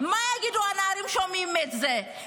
מה יגידו הנערים ששומעים את זה?